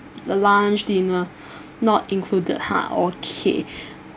the lunch dinner not included ha okay